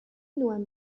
known